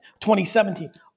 2017